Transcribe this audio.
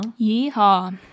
Yeehaw